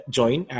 join